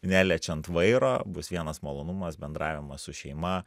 neliečiant vairo bus vienas malonumas bendravimas su šeima